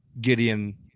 Gideon